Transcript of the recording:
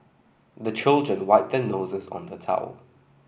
the children wipe their noses on the towel